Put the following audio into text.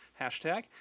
hashtag